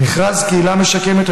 מכרז קהילה משקמת,